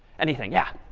anything? yeah.